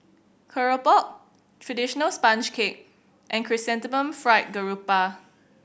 Keropok traditional sponge cake and Chrysanthemum Fried Garoupa